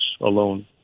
alone